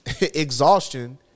Exhaustion